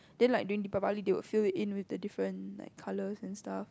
then like during Deepavali they will fill it in with the different like colours and stuff